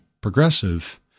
progressive